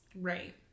Right